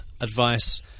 advice